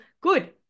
good